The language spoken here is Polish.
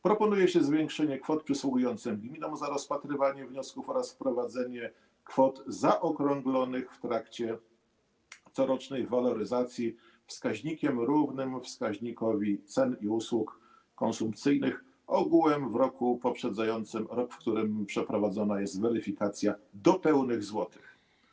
Proponuje się zwiększenie kwot przysługujących gminom za rozpatrywanie wniosków oraz wprowadzenie kwot zaokrąglanych w trakcie corocznej waloryzacji wskaźnikiem równym wskaźnikowi cen i usług konsumpcyjnych ogółem w roku poprzedzającym rok, w którym przeprowadzana jest weryfikacja, do pełnych złotych.